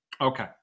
Okay